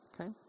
Okay